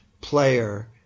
player